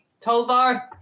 Tolvar